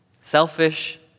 Selfish